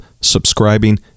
subscribing